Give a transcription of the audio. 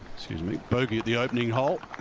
excuse me bogey at the opening hole.